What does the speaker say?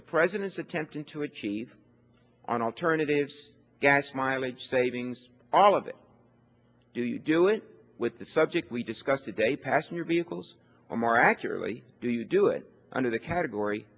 the president's attempting to achieve on alternative gas mileage savings all of it do you do it with the subject we discuss today passenger vehicles or more accurately do you do it under the category